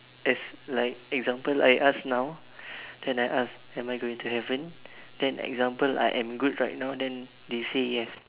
as like example I ask now then I ask am I going to heaven then example I am good right now then they say yes